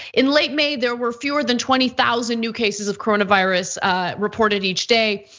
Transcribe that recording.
in late may there were fewer than twenty thousand new cases of coronavirus reported each day.